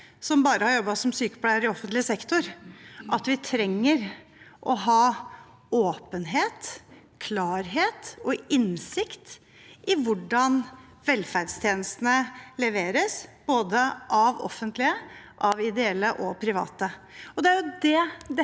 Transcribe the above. som bare har jobbet som sykepleier i offentlig sektor, skjønner at vi trenger å ha åpenhet, klarhet og innsikt i hvordan velferdstjenestene leveres, av både offentlige, ideelle og private.